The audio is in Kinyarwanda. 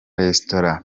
resitora